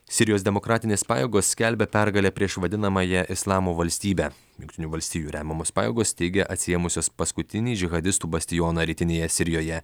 sirijos demokratinės pajėgos skelbia pergalę prieš vadinamąją islamo valstybę jungtinių valstijų remiamos pajėgos teigia atsiėmusios paskutinį džihadistų bastioną rytinėje sirijoje